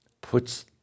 puts